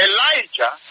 Elijah